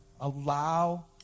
Allow